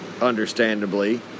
understandably